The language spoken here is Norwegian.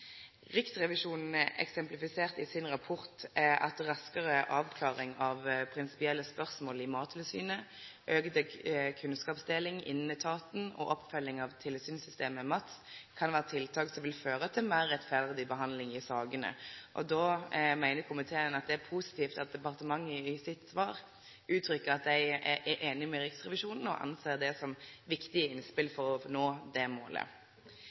Riksrevisjonen eksemplifiserte i sin rapport at raskare avklaring av prinsipielle spørsmål i Mattilsynet, auka kunnskapsdeling innan etaten og oppfølging av tilsynssystemet MATS kan vere tiltak som vil føre til meir rettferdig behandling av sakene. Komiteen meiner at det er positivt at departementet i svaret sitt gjev uttrykk for at dei er einige med Riksrevisjonen, og at dei ser på det som viktige innspel for å nå det målet.